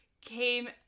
came